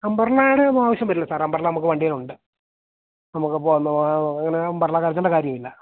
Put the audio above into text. അമ്പ്രല്ലായുടെ ഒന്നും ആവശ്യം വരില്ല സാറേ അമ്പ്രല്ല നമുക്ക് വണ്ടിയിലുണ്ട് നമുക്കപ്പോള് അങ്ങനെ അമ്പ്രല്ല കരുതേണ്ട കാര്യമില്ല